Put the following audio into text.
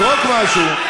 זרוק משהו.